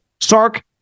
Sark